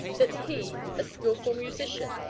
that he, a skilful musician,